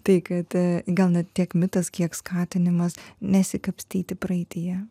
tai kad gal ne tiek mitas kiek skatinimas nesikapstyti praeityje